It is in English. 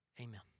Amen